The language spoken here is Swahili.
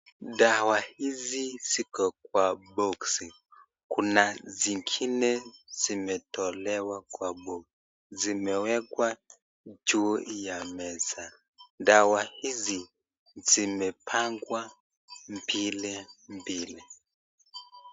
Dawa hizi ziko kwa boksi. Kuna zingine zimetolewa kwa boksi zimewekwa juu ya meza. Dawa hizi zimepangwa mbili mbili.